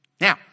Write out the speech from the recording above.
Now